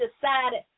decided